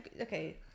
Okay